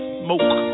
smoke